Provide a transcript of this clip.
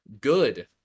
good